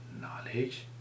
knowledge